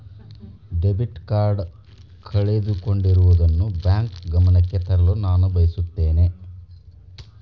debit card ಕಳೆದುಕೊಂಡಿರುವುದನ್ನು bank ಗಮನಕ್ಕೆ ತರಲು ನಾನು ಬಯಸುತ್ತೇನೆ